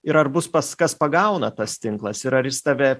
ir ar bus pas kas pagauna tas tinklas ir ar jis tave